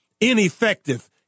ineffective